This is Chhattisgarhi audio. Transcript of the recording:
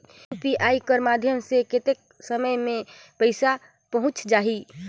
यू.पी.आई कर माध्यम से कतेक समय मे पइसा पहुंच जाहि?